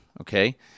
okay